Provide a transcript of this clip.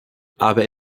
aber